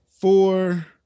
four